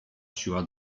siła